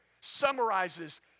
summarizes